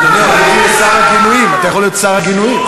אדוני, אתה יכול להיות שר הגינויים.